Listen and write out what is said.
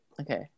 Okay